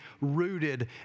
rooted